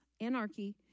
anarchy